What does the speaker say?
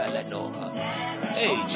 Hey